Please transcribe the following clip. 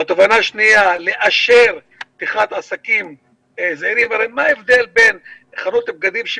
התובנה השנייה היא לאשר פתיחת עסקים כי מה ההבדל בין חנות בגדים בה